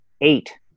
eight